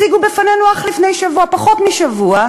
הציגו בפנינו אך לפני שבוע, פחות משבוע,